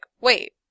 wait